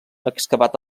excavat